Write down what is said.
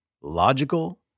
logical